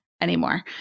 anymore